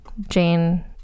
Jane